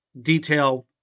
detail